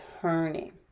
turning